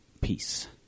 Peace